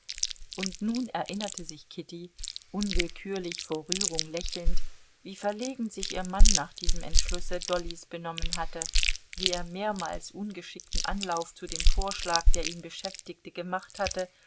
und nun erinnerte sich kitty unwillkürlich vor rührung lächelnd wie verlegen sich ihr mann nach diesem entschlusse dollys benommen hatte wie er mehrmals ungeschickten anlauf zu dem vorschlag der ihn beschäftigte gemacht hatte